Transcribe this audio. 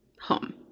home